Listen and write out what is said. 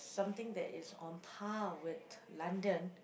something that is on par with London